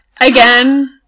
again